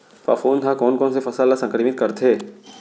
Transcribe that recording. फफूंद ह कोन कोन से फसल ल संक्रमित करथे?